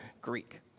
Greek